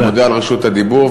אני מודה על, תודה.